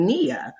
Nia